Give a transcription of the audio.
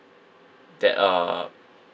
that uh